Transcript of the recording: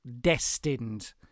destined